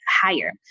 higher